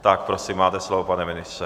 Tak prosím, máte slovo, pane ministře.